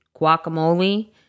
guacamole